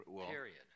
period